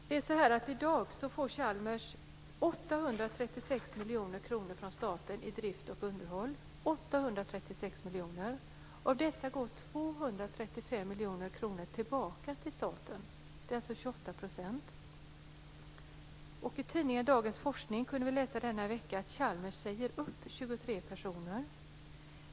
I dag får Chalmers 836 miljoner kronor från staten för drift och underhåll. Av dessa går 235 miljoner kronor tillbaka till staten. Det är alltså 28 %. I tidningen Dagens Forskning kunde vi denna vecka läsa att Chalmers säger upp 23 personer.